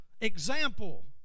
example